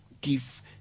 give